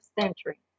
century